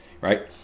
right